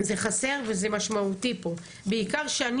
וזה חסר וזה משמעותי פה בעיקר שאני